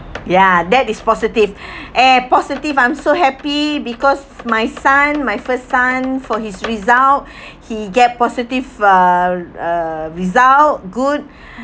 ya that is positive uh positive I'm so happy because my son my first son for his result he get positive uh uh result good